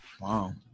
Wow